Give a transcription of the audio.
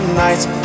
nights